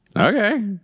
Okay